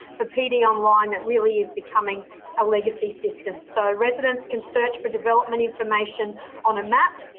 the pd online that really is becoming a legacy system. so, residents can search for development information on a map.